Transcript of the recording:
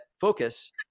focus